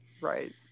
Right